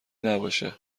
نباشه